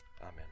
Amen